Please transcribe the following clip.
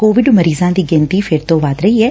Covid ਮਰੀਜ਼ਾਂ ਦੀ ਗਿਣਤੀ ਫਿਰ ਤੋ ੱਵੱਧ ਰਹੀ ਐ